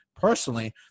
personally